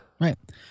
Right